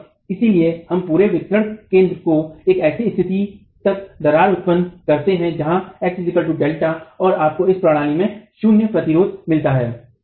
और इसलिए हम पूरे वितरण केंद्र को एक ऐसी स्थिति तक दरार उत्पन्न करते हैं जहां x ∆ और आपको इस प्रणाली में 0 शून्य प्रतिरोध मिलता है